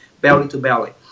belly-to-belly